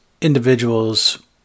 individuals